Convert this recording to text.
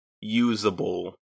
usable